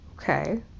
Okay